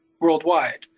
worldwide